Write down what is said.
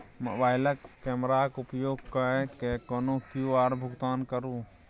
मोबाइलक कैमराक उपयोग कय कए कोनो क्यु.आर भुगतान करू